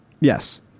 Yes